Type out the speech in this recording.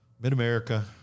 mid-America